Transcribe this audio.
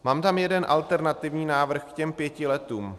Mám tam jeden alternativní návrh k těm pěti letům.